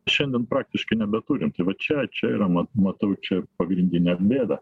šiandien praktiškai nebeturim tai va čia čia yra ma matau čia pagrindinę bėdą